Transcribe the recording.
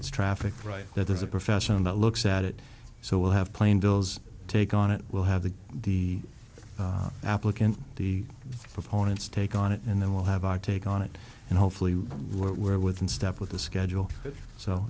it's traffic right there's a profession that looks at it so we'll have plain bills take on it we'll have the the applicant the proponents take on it and then we'll have our take on it and hopefully we were within step with the schedule so